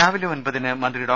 രാവിലെ ഒൻപതിന് മന്ത്രി ഡോ